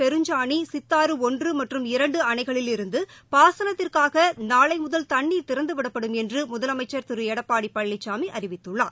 பெருஞ்சானி சித்தாறு ஒன்று மற்றும் இரண்டு அணைகளில் இருந்து பாசனத்திற்காக நாளை முதல் தண்ணீர் திறந்து விடப்படும் என்று முதலமைச்சர் திரு எடப்பாடி பழனிசாமி அறிவித்துள்ளார்